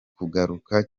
kugaruka